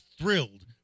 thrilled